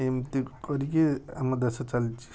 ଏମିତି କରିକି ଆମ ଦେଶ ଚାଲିଛି